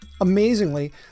Amazingly